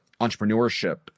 entrepreneurship